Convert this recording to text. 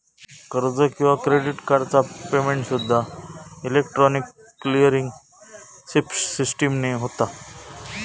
कर्ज किंवा क्रेडिट कार्डचा पेमेंटसूद्दा इलेक्ट्रॉनिक क्लिअरिंग सिस्टीमने होता